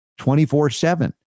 24-7